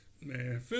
Man